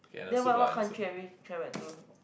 then what what country have you travel to